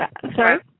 Sorry